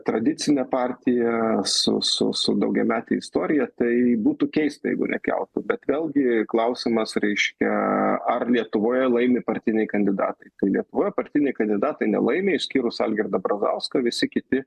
tradicinė partija su su daugiamete istorija tai būtų keista jeigu nekeltų bet vėlgi klausimas reiškia ar lietuvoje laimi partiniai kandidatai tai lietuvoje partiniai kandidatai nelaimi išskyrus algirdą brazauską visi kiti